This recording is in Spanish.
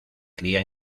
cría